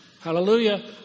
Hallelujah